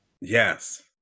Yes